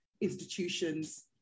institutions